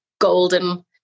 golden